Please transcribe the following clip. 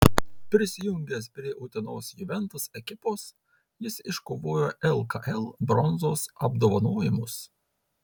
prisijungęs prie utenos juventus ekipos jis iškovojo lkl bronzos apdovanojimus